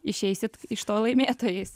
išeisit iš to laimėtojais